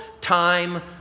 time